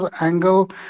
angle